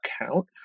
account